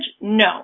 No